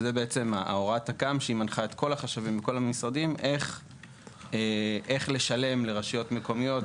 מדובר בהוראה שמנחה את כל החשבים בכל המשרדים איך לשלם לרשויות מקומיות,